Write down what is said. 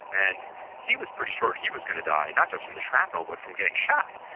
and he was pretty sure he was going to die not just from the shrapnel, but from getting shot.